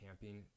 camping